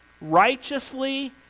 righteously